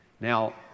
Now